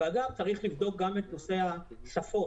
וגם צריך לבדוק את נושא השפות